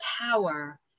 power